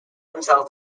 themselves